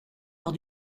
lors